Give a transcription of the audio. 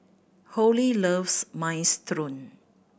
Holli loves Minestrone